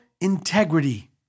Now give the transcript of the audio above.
integrity